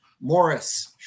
Morris